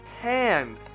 hand